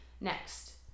Next